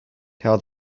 tell